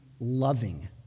loving